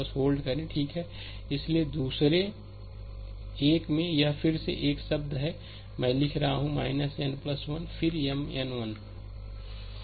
बस होल्ड करें ठीक है इसलिए दूसरे एक में यह फिर से एक ही शब्द है मैं लिख रहा हूं n 1 फिर 1 फिर M n 1 सही है